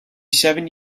seven